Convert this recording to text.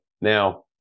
Now